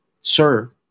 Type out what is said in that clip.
sir